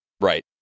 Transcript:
right